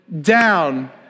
down